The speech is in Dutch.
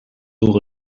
door